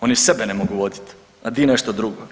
Oni sebe ne mogu voditi, a di nešto drugo.